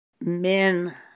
men